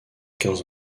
quinze